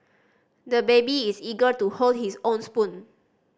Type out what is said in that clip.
the baby is eager to hold his own spoon